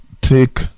take